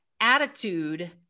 attitude